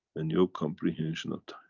and your comprehension of time.